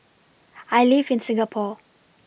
I live in Singapore